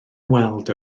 weld